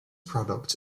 product